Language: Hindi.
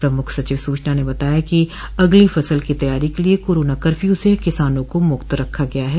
प्रमुख सचिव सूचना ने बताया कि अगली फसल की तैयारी के लिये कोरोना कर्फ्यू से किसानों को मुक्त रखा गया है